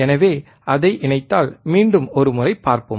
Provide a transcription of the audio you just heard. எனவே அதை இணைத்தால் மீண்டும் ஒரு முறை பார்ப்போம்